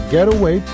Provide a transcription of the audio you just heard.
Getaway